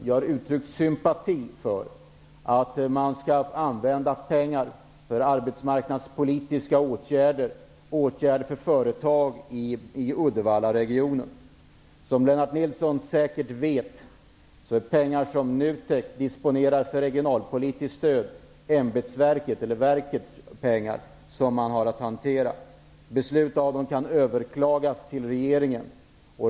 Jag har uttryckt sympati för att pengar skall användas för arbetsmarknadspolitiska åtgärder för företag i Uddevallaregionen. Lennart Nilsson vet säkert att NUTEK själv disponerar över pengarna som skall ges som regionalpolitisk stöd. Beslut fattade av NUTEK kan överklagas till regeringen.